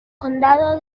condado